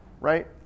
Right